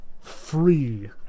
free